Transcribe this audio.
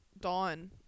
Dawn